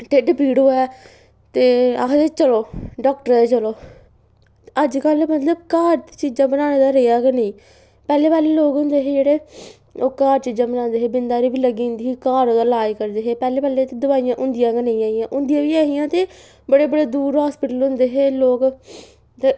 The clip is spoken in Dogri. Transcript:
ढिड्ड पीड़ होऐ ते आखदे चलो डाक्टरै देै चलो ते अजकल्ल मतलब घर चीजां बनाने दा रेहा गै नेईं पैह्लें पैह्लें लोग होंदे हे जेह्ड़े ओह् घर चीजां बनांदे हे बिंद हारी बी लग्गी जंदी ही घर ओह्दा लाज करदे हे पैह्लें पैह्लें ते दोआइयां होंदियां गै नेईं है हियां होंदियां बी है हियां ते बड़े बड़े दूर हास्पिटल होंदे हे लोग ते